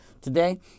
today